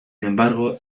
embargo